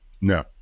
No